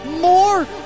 more